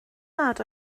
nad